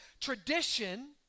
tradition